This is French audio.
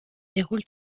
déroule